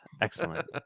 Excellent